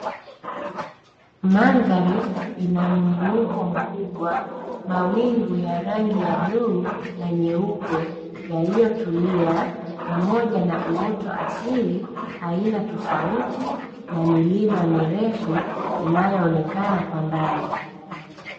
Mandhari inamuinuko mkubwa, mawingu ya rangi ya bluu na nyeupe yaliotulia, pamoja na uoto wa asili aina tofauti na milima mirefu inayoonekana kwa mbali.